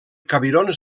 cabirons